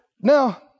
Now